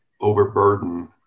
overburden